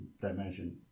Dimension